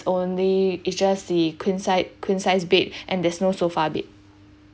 only it is just the queen size queen size bed and there's no sofa bed